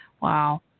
Wow